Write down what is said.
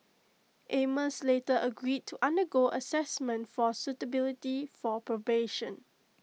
amos later agreed to undergo Assessment for suitability for probation